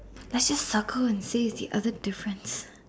let's just circle and say it's the other difference